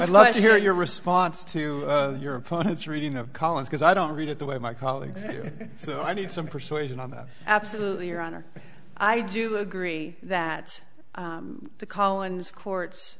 i'd love to hear your response to your opponents reading a column because i don't read it the way my colleagues here so i need some persuasion on that absolutely your honor i do agree that the collins courts